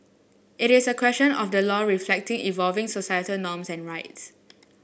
it is a question of the law reflecting evolving societal norms and rights